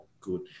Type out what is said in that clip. good